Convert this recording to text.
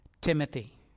Timothy